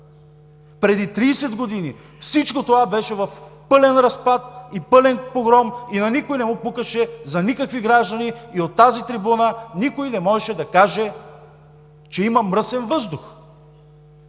Преди 30 години всичко това беше в пълен разпад и пълен погром и на никой не му пукаше за никакви граждани и от тази трибуна никой не можеше да каже, че има мръсен въздух!